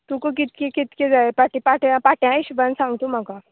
तुका कितके कितके जाय पाटी पाट्या पाट्या हिशोबान सांग तूं म्हाका